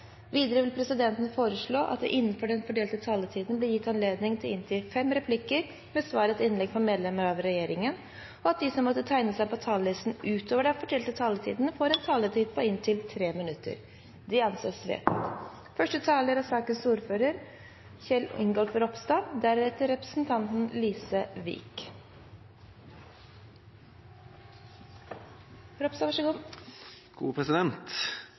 Videre vil presidenten foreslå at det – innenfor den fordelte taletid – blir gitt anledning til replikkordskifte på inntil fem replikker med svar etter innlegg fra medlemmer av regjeringen, og at de som måtte tegne seg på talerlisten utover den fordelte taletid, får en taletid på inntil 3 minutter. – Det anses vedtatt.